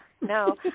no